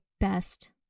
best